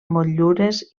motllures